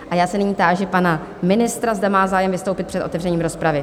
A já se nyní táži pana ministra, zda má zájem vystoupit před otevřením rozpravy?